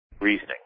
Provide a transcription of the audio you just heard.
reasoning